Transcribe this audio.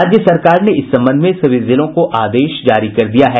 राज्य सरकार ने इस संबंध में सभी जिलों को आदेश जारी कर दिया है